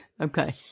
Okay